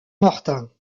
mortain